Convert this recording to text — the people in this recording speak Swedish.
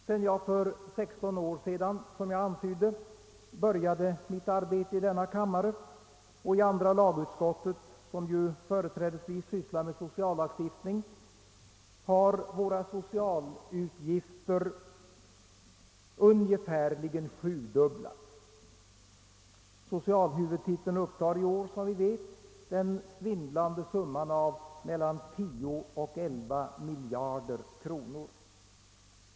Sedan jag för 16 år sedan började mitt arbete i denna kammare och i andra lagutskottet, som ju företrädesvis sysslar med sociallagstiftning, har våra socialutgifter ungefärligen sjudubblats. Som bekant upptar socialhuvudtiteln i år den svindlande summan av mellan 10 och 11 miljarder kronor.